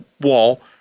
wall